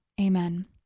Amen